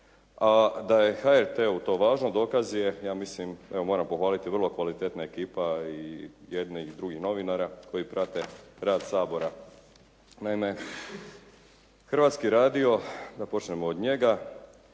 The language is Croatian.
a da je HRT-u to važno dokaz je ja mislim, evo moram pohvaliti vrlo kvalitetna ekipa i jednih i drugih novinara koji prate rad Sabora. Naime Hrvatski radio, da počnemo od njega,